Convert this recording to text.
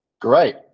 great